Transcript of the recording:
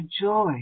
joy